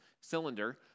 cylinder